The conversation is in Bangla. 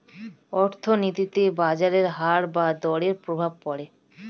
অর্থনীতিতে বাজারের হার বা দরের প্রভাব পড়ে